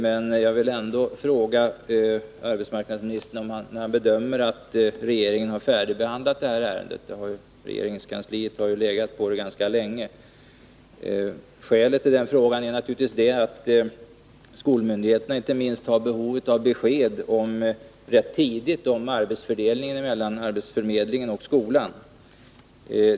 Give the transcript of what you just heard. Men jag vill ändå fråga arbetsmarknadsministern om när han bedömer att regeringen har färdigbehandlat ärendet. Regeringskansliet har ju legat på det ganska länge. Skälet till den frågan är naturligtvis att inte minst skolmyndigheterna har behov av att rätt tidigt få besked om arbetsfördelningen mellan arbetsförmedlingen och skolan.